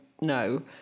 no